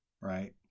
Right